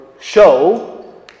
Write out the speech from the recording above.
show